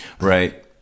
Right